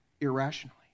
irrationally